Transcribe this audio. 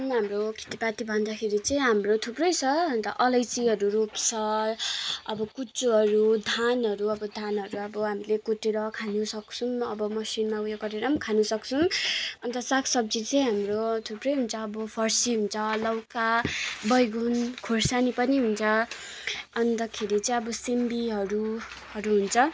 हाम्रो खेतीपाती भन्दाखेरि चाहिँ हाम्रो थुप्रै छ अन्त अलैँचीहरू रोप्छ अब कुचोहरू धानहरू अब धानहरू अब हामीले कुटेर खानु सक्छौँ अब मसिनमा उयो गरेर पनि खानु सक्छौँ अन्त साग सब्जी चाहिँ हाम्रो थुप्रै हुन्छ अब फर्सी हुन्छ लौका बैगुन खोर्सानी पनि हुन्छ अन्तखेरि चाहिँ अब सिमीहरू हरू हुन्छ